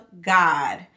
God